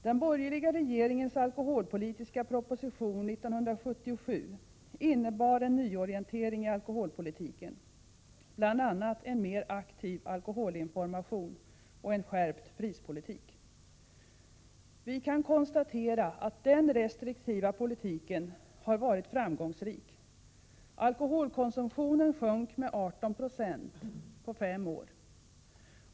Den borgerliga regeringens alkoholpolitiska proposition år 1977 innebar en nyorientering i alkoholpolitiken, bl.a. en mer aktiv alkoholinformation och en skärpt prispolitik. Vi kan konstatera att den restriktiva politiken har varit framgångsrik. Alkoholkonsumtionen sjönk med 18 26 på fem år.